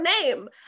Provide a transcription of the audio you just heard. name